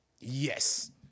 Yes